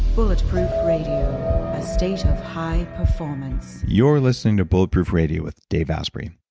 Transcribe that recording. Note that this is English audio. bulletproof radio, a station of high performance you're listening to bulletproof radio with dave asprey.